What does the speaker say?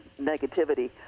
negativity